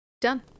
Done